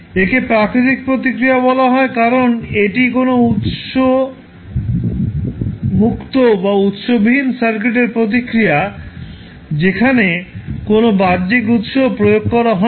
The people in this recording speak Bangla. একে প্রাকৃতিক প্রতিক্রিয়া বলা হয় কারণ এটি কোনও উত্স মুক্ত বা উত্স বিহীন সার্কিটের প্রতিক্রিয়া যেখানে কোনও বাহ্যিক উত্স প্রয়োগ করা হয়নি